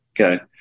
Okay